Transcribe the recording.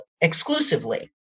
Exclusively